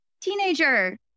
teenager